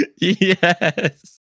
Yes